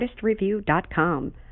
ArtistReview.com